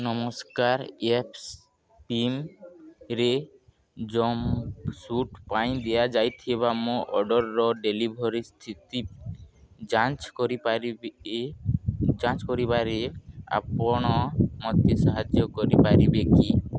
ନମସ୍କାର ୟେପ୍ସପିମ୍ରେ jumpsuit ପାଇଁ ଦିଆଯାଇଥିବା ମୋ ଅର୍ଡ଼ର୍ର ଡେଲିଭରୀ ସ୍ଥିତି ଯାଞ୍ଚ କରିପାରିବି କି ଯାଞ୍ଚ କରିବାରେ ଆପଣ ମୋତେ ସାହାଯ୍ୟ କରିପାରିବେ କି